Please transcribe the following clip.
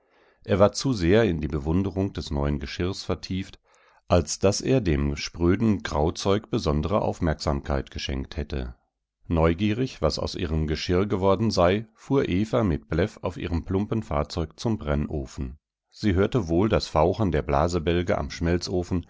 er war zu sehr in die bewunderung des neuen geschirrs vertieft als daß er dem spröden grauzeug besondere aufmerksamkeit geschenkt hätte neugierig was aus ihrem geschirr geworden sei fuhr eva mit bläff auf ihrem plumpen fahrzeug zum brennofen sie hörte wohl das fauchen der blasebälge am